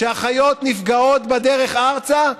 כשהחיות נפגעות בדרך ארצה,